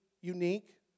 unique